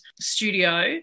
studio